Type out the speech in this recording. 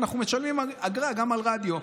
אנחנו משלמים אגרה גם על רדיו.